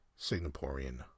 Singaporean